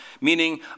Meaning